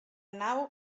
nau